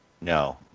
No